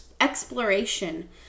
exploration